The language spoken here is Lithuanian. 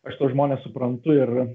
aš tuos žmones suprantu ir